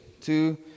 two